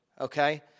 okay